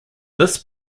this